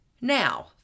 Now